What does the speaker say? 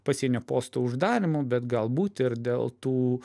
pasienio postų uždarymų bet galbūt ir dėl tų